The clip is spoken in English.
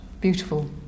beautiful